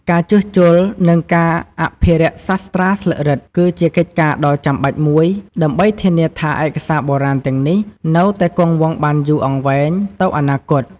ការជួសជុល និងអភិរក្សសាស្រ្តាស្លឹករឹត គឺជាកិច្ចការដ៏ចាំបាច់មួយដើម្បីធានាថាឯកសារបុរាណទាំងនេះនៅតែគង់វង្សបានយូរអង្វែងទៅអនាគត។